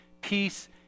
peace